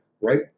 right